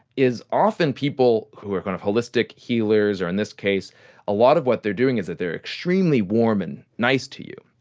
is often people who are kind of holistic healers or in this case a lot of what they are doing is that they are extremely warm and nice to you.